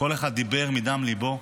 כל אחד דיבר מדם ליבו.